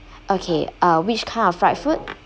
okay uh which kind of fried food